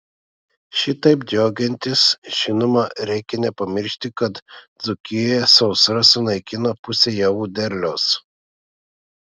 šitaip džiaugiantis žinoma reikia nepamiršti kad dzūkijoje sausra sunaikino pusę javų derliaus